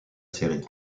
série